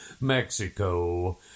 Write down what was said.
Mexico